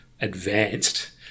advanced